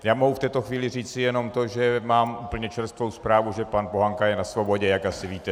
Já mohu v této chvíli říci, že mám úplně čerstvou zprávu, že pan Pohanka je na svobodě, jak asi víte.